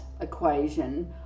equation